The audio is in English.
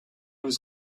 was